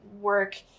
work